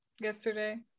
yesterday